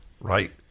right